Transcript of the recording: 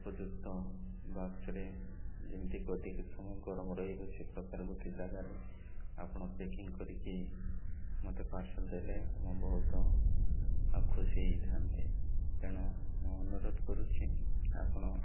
ଉପଯୁକ୍ତ ବାକ୍ସରେ ଯେମିତି ଅଧିକ ସମୟ ଗରମ ରହିବ ସେ ପ୍ର୍ରକାର ଗୋଟେ ଜାଗାରେ ଆପଣ ପ୍ୟାକିଂ କରିକି ମତେ ପାର୍ସଲ୍ ଦେଲେ ମୁଁ ବହୁତ ଆଉ ଖୁସି ହେଇଥାନ୍ତି ତେଣୁ ମୁଁ ଅନୁରୋଧ କରୁଛି ଆପଣ